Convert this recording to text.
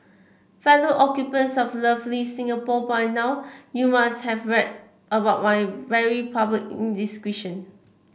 fellow occupants of lovely Singapore by now you must have read about my very public indiscretion